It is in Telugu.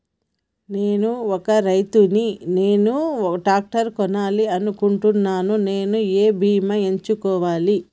నేను ఒక రైతు ని నేను ట్రాక్టర్ కొనాలి అనుకుంటున్నాను నేను ఏ బీమా ఎంచుకోవాలి?